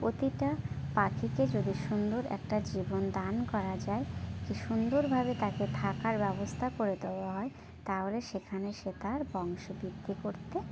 প্রতিটা পাখিকে যদি সুন্দর একটা জীবন দান করা যায় কী সুন্দর ভাবে তাকে থাকার ব্যবস্থা করে দেওয়া হয় তা হলে সেখানে সে তার বংশ বৃদ্ধি করতে